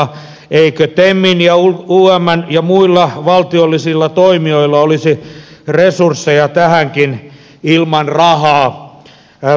eikö temin ja umn ja muilla valtiollisilla toimijoilla olisi resursseja tähänkin ilman rahaa virkatyönä